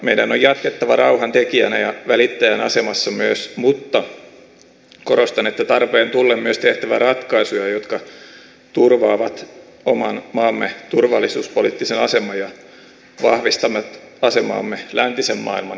meidän on jatkettava rauhantekijän ja välittäjän asemassa mutta korostan että tarpeen tullen myös tehtävä ratkaisuja jotka turvaavat oman maamme turvallisuuspoliittisen aseman ja vahvistavat asemaamme läntisen maailman eturintamassa